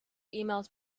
emails